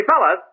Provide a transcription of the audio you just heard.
fellas